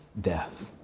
death